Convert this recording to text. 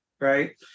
Right